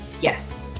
yes